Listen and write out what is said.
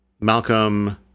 Malcolm